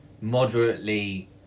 moderately